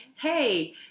hey